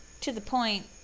to-the-point